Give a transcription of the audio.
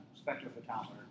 spectrophotometer